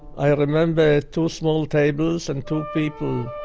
i remember two small tables and two people